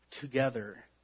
together